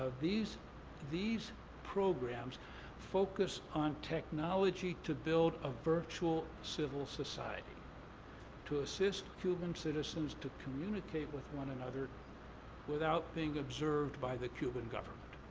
these these programs focused on technology to build a virtual civil society to assist cuban citizens to communicate with one another without being observed by the cuban government.